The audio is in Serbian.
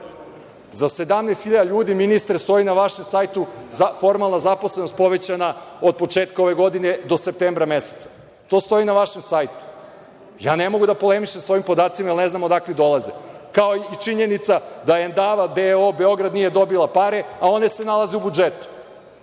Za 17.000 ljudi, ministre, stoji na vašem sajtu, formalna zaposlenost povećana od početka ove godine do septembra meseca. To stoji na vašem sajtu. Ne mogu da polemišem sa ovim podacima jer ne znam odakle dolaze, kao i činjenica da Endava D.O.O. Beograd nije dobila pare, a one se nalaze u budžetu,